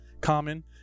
common